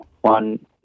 one